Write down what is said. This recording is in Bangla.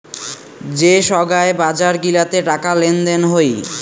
যে সোগায় বাজার গিলাতে টাকা লেনদেন হই